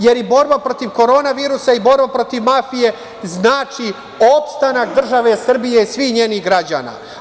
Jer i borba protiv korona virusa i borba protiv mafije znači opstanak države Srbije i svih njenih građana.